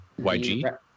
YG